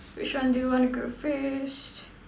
which one do you want to go first